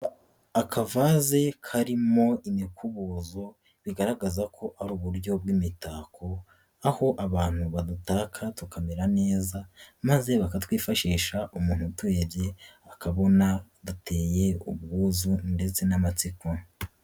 Akavaze karimo imikubuzo bigaragaza ko ari uburyo bw'imitako, aho abantu badutaka tukamera neza maze bakatwifashisha umuntu uturebye akabona duteye ubwuzu ndetse n'amatsiko.